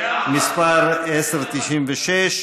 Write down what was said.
שמספרה 1096: